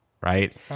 right